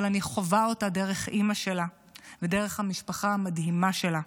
אבל אני חווה אותה דרך אימא שלה ודרך המשפחה המדהימה שלה.